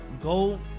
go